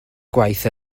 gwaith